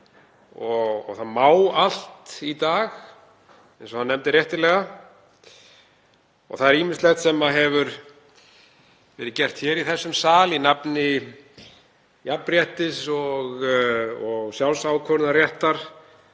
og það má allt í dag, eins og hann nefndi réttilega. Það er ýmislegt sem hefur verið gert í þessum sal í nafni jafnréttis og sjálfsákvörðunarréttar,